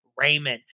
Raymond